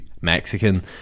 mexican